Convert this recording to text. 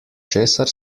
česar